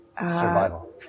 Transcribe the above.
survival